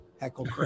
heckle